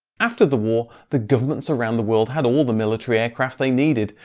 after the war the governments around the world had all the military aircraft they needed,